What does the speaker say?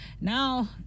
Now